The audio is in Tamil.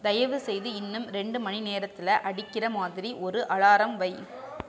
தயவுசெய்து இன்னும் ரெண்டு மணிநேரத்தில் அடிக்கிற மாதிரி ஒரு அலாரம் வை